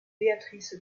béatrice